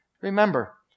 Remember